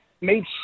made